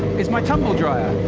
is my tumble dryer.